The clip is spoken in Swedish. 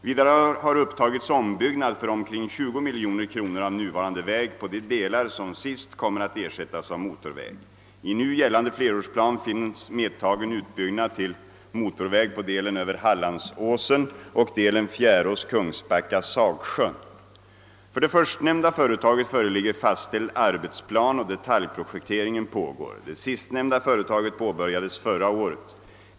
Vidare har upptagits ombyggnad för omkring 20 miljoner kronor av nuvarande väg på de delar som sist kommer att ersättas av motorväg. I nu gällande flerårsplan finns medtagen utbyggnad till motorväg på delen över Hallandsåsen och delen Fjärås— Kungsbacka—Sagsjön. För det förstnämnda företaget föreligger fastställd arbetsplan och detaljprojekteringen pågår. Det sistnämnda företaget påbörjades förra året.